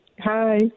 hi